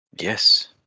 Yes